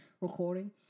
recording